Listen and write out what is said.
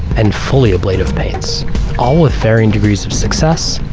and fully ablative paints all with varying degrees of success,